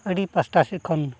ᱟᱹᱰᱤ ᱯᱟᱥᱴᱟ ᱥᱮᱫ ᱠᱷᱚᱱ